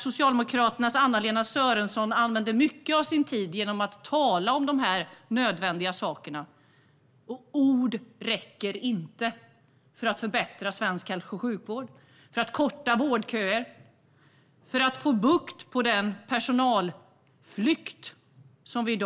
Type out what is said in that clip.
Socialdemokraternas Anna-Lena Sörenson använde mycket av sin talartid till just tal om dessa nödvändiga saker. Men ord räcker inte för att förbättra hälso och sjukvården, för att korta vårdköerna och för att få bukt med den personalflykt vi i dag ser.